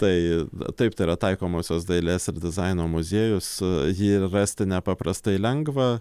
tai taip tai yra taikomosios dailės ir dizaino muziejus jį rasti nepaprastai lengva